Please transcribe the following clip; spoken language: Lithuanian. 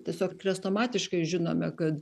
tiesiog chrestomatiškai žinome kad